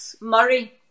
Murray